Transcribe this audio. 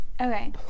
Okay